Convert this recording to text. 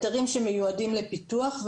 אתרים שמיועדים לפיתוח,